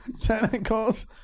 Tentacles